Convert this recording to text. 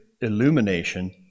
illumination